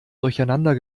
durcheinander